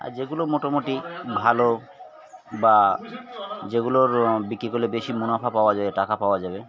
আর যেগুলো মোটামুটি ভালো বা যেগুলোর বিক্রি করলে বেশি মুনাফা পাওয়া যাবে টাকা পাওয়া যাবে